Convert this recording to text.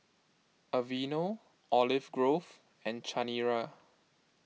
Aveeno Olive Grove and Chanira